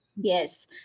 Yes